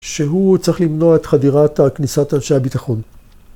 שהוא צריך למנוע את חדירת הכניסת אנשי הביטחון.